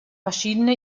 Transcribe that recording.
verschiedene